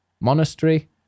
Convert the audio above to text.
monastery